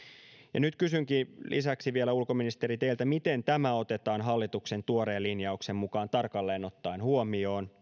nyt kysynkin lisäksi vielä ulkoministeri teiltä miten tämä supon vakava turvallisuusarvio otetaan hallituksen tuoreen linjauksen mukaan tarkalleen ottaen huomioon